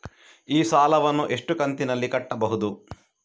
ಈ ಸಾಲವನ್ನು ಎಷ್ಟು ಕಂತಿನಲ್ಲಿ ಕಟ್ಟಬಹುದು?